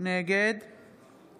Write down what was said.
נגד